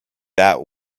that